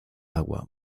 agua